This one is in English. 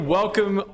welcome